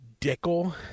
Dickel